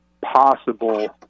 possible